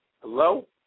Hello